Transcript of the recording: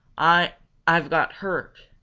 i i've got hurt,